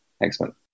Excellent